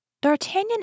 D'Artagnan